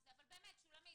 אבל שולמית,